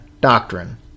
doctrine